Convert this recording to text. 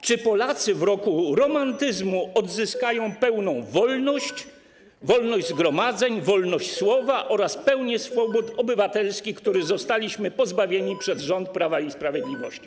Czy Polacy w roku romantyzmu odzyskają pełną wolność, wolność zgromadzeń, wolność słowa oraz pełnię swobód obywatelskich, których zostali pozbawieni przez rząd Prawa i Sprawiedliwości?